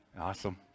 Awesome